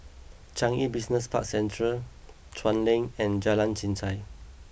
Changi Business Park Central Chuan Lane and Jalan Chichau